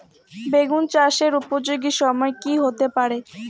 বেগুন চাষের উপযোগী সময় কি হতে পারে?